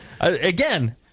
again